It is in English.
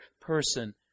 person